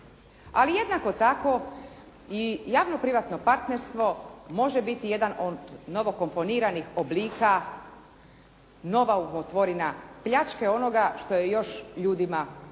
Ali jednako tako i javno-privatno partnerstvo može biti jedan od novokomponiranih oblika, nova umotvorina pljačke onoga što je još ljudima preostalo,